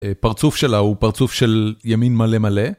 פרצוף שלה הוא פרצוף של ימין מלא מלא.